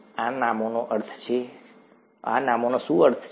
આ નામોનો અર્થ શું છે